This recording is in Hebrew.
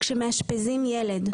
כשמאשפזים ילד,